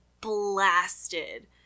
blasted